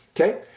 Okay